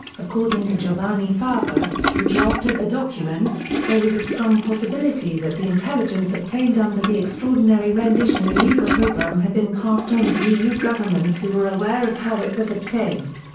according to giovanni fava, who drafted the document, there was a strong possibility that the intelligence obtained under the extraordinary rendition illegal program had been passed on to eu governments who were aware of how it was obtained.